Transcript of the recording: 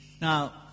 Now